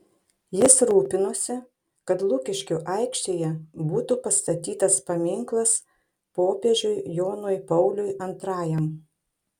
jis rūpinosi kad lukiškių aikštėje būtų pastatytas paminklas popiežiui jonui pauliui antrajam